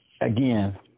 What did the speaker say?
Again